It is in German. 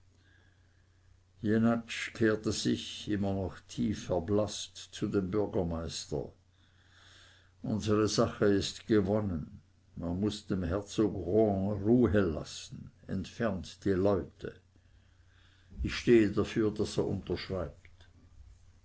kehrte sich immer noch tief erblaßt zu dem bürgermeister unsere sache ist gewonnen sagte er man muß dem herzog rohan ruhe lassen entfernt die leute ich stehe dafür daß er unterschreibt